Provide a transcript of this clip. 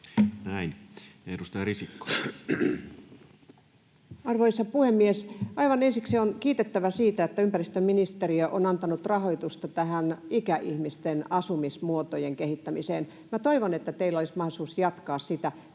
Time: 17:30 Content: Arvoisa puhemies! Aivan ensiksi on kiitettävä siitä, että ympäristöministeriö on antanut rahoitusta ikäihmisten asumismuotojen kehittämiseen. Minä toivon, että teillä olisi mahdollisuus jatkaa sitä.